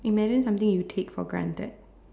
imagine something you take for granted